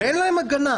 ואין להן הגנה.